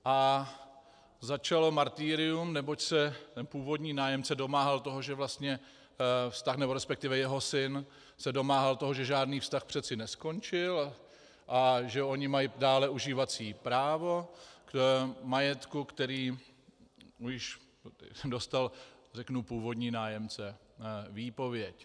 A začalo martyrium, neboť se původní nájemce domáhal toho, že vlastně vztah, nebo resp. jeho syn se domáhal toho, že žádný vztah přeci neskončil a že oni mají dále užívací právo k majetku, který již dostal, řeknu, původní nájemce výpověď.